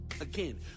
Again